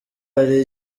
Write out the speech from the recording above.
hari